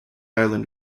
island